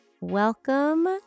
welcome